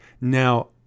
now